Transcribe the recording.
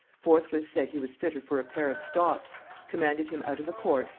forthwith said he was fitter for a pair of stocks commanded him out of the court,